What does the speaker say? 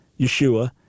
Yeshua